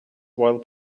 while